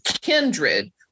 kindred